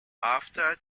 after